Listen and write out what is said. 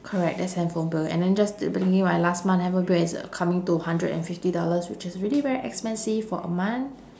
correct that's handphone bill and then just the thinking my last month handphone bill is coming to hundred and fifty dollars which is really very expensive for a month